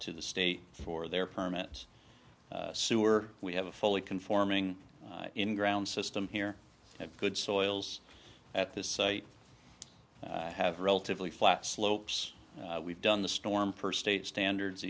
to the state for their permits sewer we have a fully conforming in ground system here have good soils at this site have relatively flat slopes we've done the storm first state standards